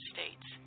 States